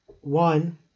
one